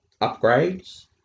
upgrades